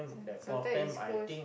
sometimes East-Coast